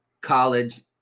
college